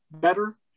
better